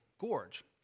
gorge